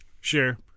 Sure